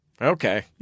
Okay